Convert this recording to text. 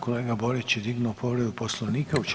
Kolega Borić je dignuo povredu Poslovnika.